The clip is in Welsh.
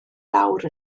lawr